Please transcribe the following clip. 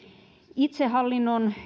itsehallinnon